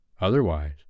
Otherwise